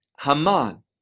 Haman